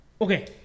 Okay